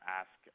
ask